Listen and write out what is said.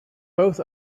both